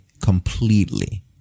completely